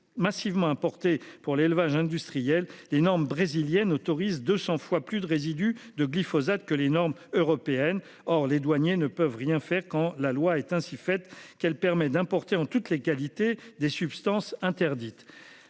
massivement importées pour l'élevage industriel, les normes brésilienne autorise 200 fois plus de résidus de glyphosate que les normes européennes. Or, les douaniers ne peuvent rien faire quand la loi est ainsi faite qu'elle permet d'importer en toutes les qualités des substances interdites.